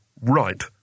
right